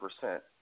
percent